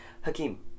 Hakeem